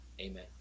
Amen